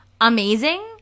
amazing